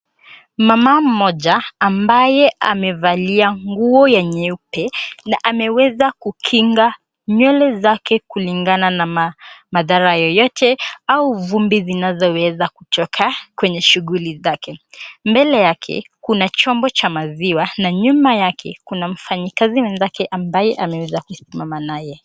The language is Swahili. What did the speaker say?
Mama mmoja ambaye amevalia nguo ya nyeupe na ameweza kukinga nywele zake kulingana na madhara yoyote au vumbi zinazoweza kutoka kwenye shughuli zake. Mbele yake kuna chombo cha maziwa na nyuma yake kuna mfanyikazi mwenzake ambaye ameweza kusimama naye.